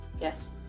Yes